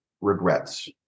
regrets